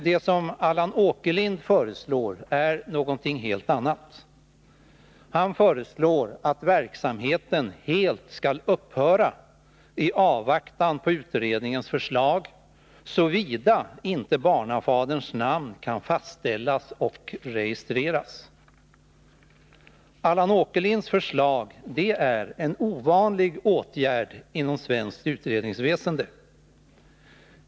Det som Allan Åkerlind föreslår är däremot någonting helt annat. Allan Åkerlind föreslår att verksamheten helt skall upphöra i avvaktan på utredningens förslag, såvida inte barnafaderns namn kan fastställas och registreras. Hans förslag innebär en ovanlig åtgärd inom svenskt utredningsväsende.